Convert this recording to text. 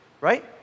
right